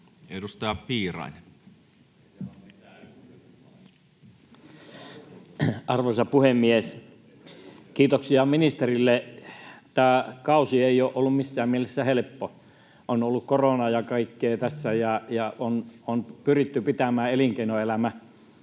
15:38 Content: Arvoisa puhemies! Kiitoksia ministerille. Tämä kausi ei ole ollut missään mielessä helppo. Tässä on ollut koronaa ja kaikkea ja on pyritty pitämään elinkeinoelämä